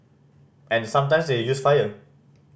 and sometimes they use fire